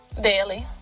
daily